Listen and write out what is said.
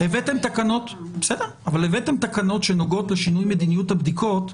הבאתם תקנות שנוגעות לשינוי מדיניות הבדיקות,